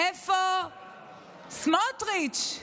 איפה סמוטריץ'?